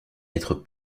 être